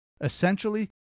Essentially